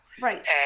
Right